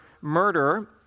murder